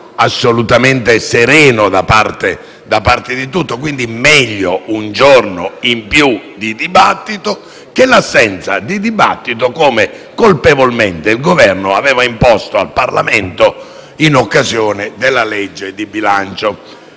assolutamente sereno. Quindi, meglio un giorno in più di dibattito che l'assenza di dibattito, come colpevolmente il Governo aveva imposto al Parlamento in occasione della legge di bilancio.